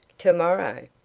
to-morrow?